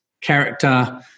character